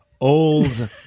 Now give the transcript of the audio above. old